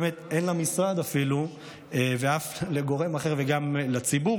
אפילו למשרד ולאף גורם אחר ובסופו של דבר גם לציבור